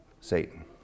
Satan